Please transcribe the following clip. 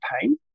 pain